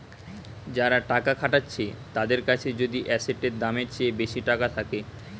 যারা টাকা খাটাচ্ছে তাদের কাছে যদি এসেটের দামের চেয়ে বেশি টাকা থাকে